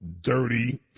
dirty